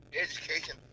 education